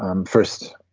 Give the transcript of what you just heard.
um first,